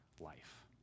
life